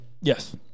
Yes